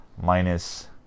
minus